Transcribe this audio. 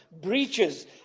breaches